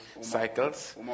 cycles